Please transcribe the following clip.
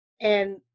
And-